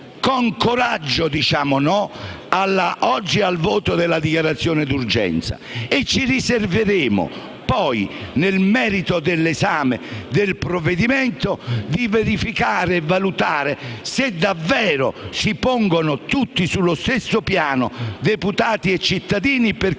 Con coraggio diciamo no oggi al voto della dichiarazione d'urgenza. Ci riserveremo poi, nel merito dell'esame del provvedimento, di verificare e valutare se davvero si pongono tutti sullo stesso piano, deputati e cittadini,